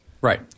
Right